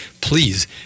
please